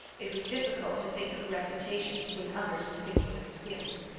it was difficult to think of reputation when others were thinking of skins.